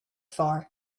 far